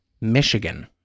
michigan